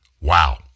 Wow